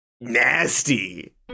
nasty